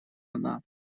она